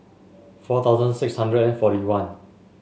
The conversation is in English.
four thousand six hundred and forty one